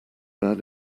man